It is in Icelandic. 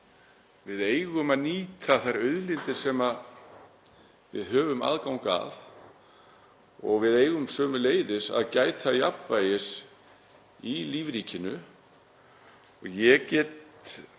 við eigum að nýta þær auðlindir sem við höfum aðgang að og eigum sömuleiðis að gæta jafnvægis í lífríkinu. Ég get